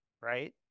right